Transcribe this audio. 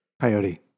Coyote